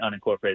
unincorporated